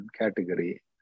category